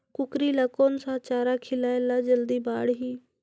कूकरी ल कोन सा चारा खिलाय ल जल्दी बाड़ही?